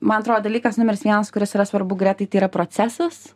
man atrodo dalykas numeris vienas kuris yra svarbu gretai tai yra procesas